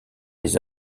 les